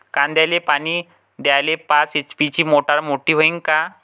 कांद्याले पानी द्याले पाच एच.पी ची मोटार मोटी व्हईन का?